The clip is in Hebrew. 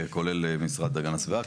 כולל המשרד להגנת הסביבה,